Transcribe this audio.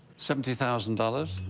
seventy thousand dollars.